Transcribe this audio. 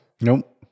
Nope